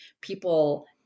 people